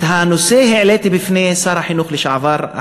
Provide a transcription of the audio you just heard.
את הנושא העליתי בפני שר החינוך לשעבר,